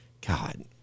God